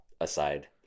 aside